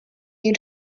you